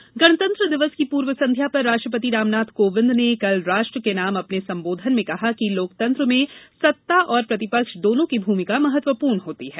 राष्ट्रपति गणतंत्र गणतंत्र दिवस की पूर्व संघ्या पर राष्ट्रपति रामनाथ कोविंद ने कल राष्ट्र के नाम अपने संबोधन में कहा कि लोकतंत्र में सत्ता और प्रतिपक्ष दोनो की भूमिका महत्वपूर्ण होती है